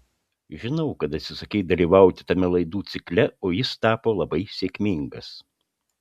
žinau kad atsisakei dalyvauti tame laidų cikle o jis tapo labai sėkmingas